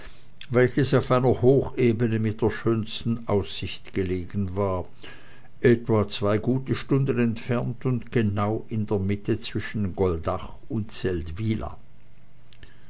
welches auf einer hochebene mit der schönsten aussicht gelegen war etwa zwei gute stunden entfernt und genau in der mitte zwischen goldach und